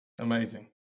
Amazing